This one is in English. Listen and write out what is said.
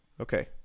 Okay